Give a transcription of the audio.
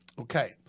Okay